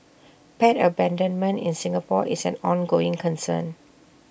pet abandonment in Singapore is an ongoing concern